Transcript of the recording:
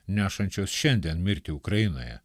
nešančios šiandien mirtį ukrainoje